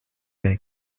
their